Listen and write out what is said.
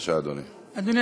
נוער,